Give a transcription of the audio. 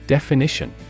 Definition